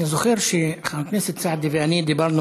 אני זוכר שחבר הכנסת סעדי ואני דיברנו